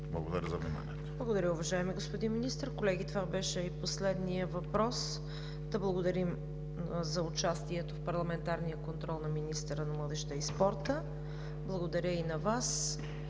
ЦВЕТА КАРАЯНЧЕВА: Благодаря, уважаеми господин Министър. Колеги, това беше последният въпрос. Да благодарим за участието в парламентарния контрол на министъра на младежта и спорта. Благодаря и на Вас.